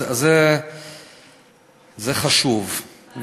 זה חשוב.